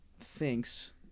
thinks